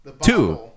Two